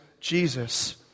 Jesus